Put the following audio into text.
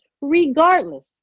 regardless